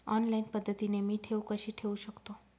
Online पद्धतीने मी ठेव कशी ठेवू शकतो?